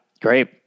great